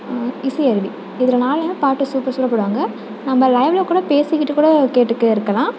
இசையருவி இதில் நாலேயும் பாட்டு சூப்பர் சூப்பராக போடுவாங்க நம்ம லைவ்வில் கூட பேசிக்கிட்டு கூட கேட்டுக்கிட்டே இருக்கலாம்